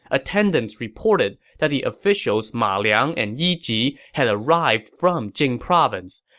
attendants reported that the officials ma liang and yi ji had arrived from jing province.